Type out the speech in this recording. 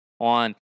on